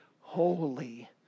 holy